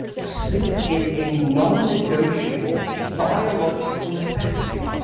sleep is a non-negotiable biological necessity.